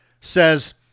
says